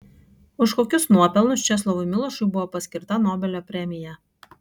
už kokius nuopelnus česlovui milošui buvo paskirta nobelio premija